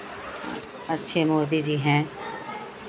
अच्छे मोदी जी हैं